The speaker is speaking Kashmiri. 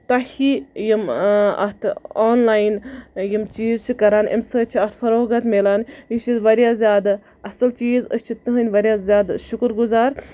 تۄہی یِم اَتھ آن لاین یِم چیٖز چھِ کران اَمہِ سۭتۍ چھُ اتھ فروغَت مِلان یہِ چھُ واریاہ زیادٕ اَصٕل چیٖز أسۍ چھِ تٕہٕند واریاہ زیادٕ شُکُر گُزار